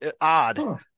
odd